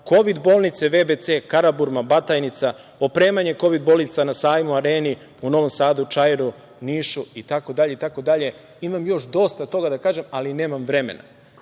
Kovid bolnice, VBC Karaburma, Batajnica, opremanje Kovid bolnica na Sajmu, Areni, Novom Sadu, "Čairu" u Nišu itd. Imam još dosta toga da kažem, ali nemam vremena,